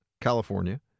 California